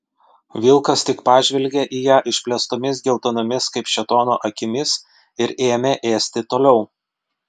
vilkas tik pažvelgė į ją išplėstomis geltonomis kaip šėtono akimis ir ėmė ėsti toliau